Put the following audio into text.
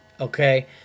okay